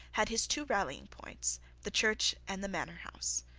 had his two rallying-points the church and the manor-house.